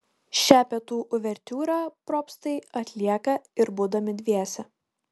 šią pietų uvertiūrą probstai atlieka ir būdami dviese